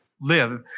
live